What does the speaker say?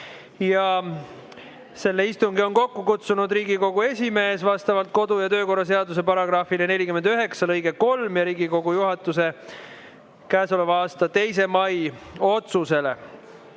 Selle istungi on kokku kutsunud Riigikogu esimees vastavalt kodu‑ ja töökorra seaduse § 49 lõikele 3 ja Riigikogu juhatuse käesoleva aasta 2. mai otsusele.